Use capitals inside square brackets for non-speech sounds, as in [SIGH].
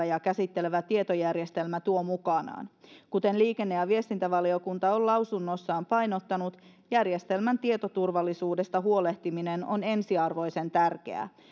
[UNINTELLIGIBLE] ja käsittelevä tietojärjestelmä tuo mukanaan kuten liikenne ja viestintävaliokunta on lausunnossaan painottanut järjestelmän tietoturvallisuudesta huolehtiminen on ensiarvoisen tärkeää